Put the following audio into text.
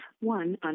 one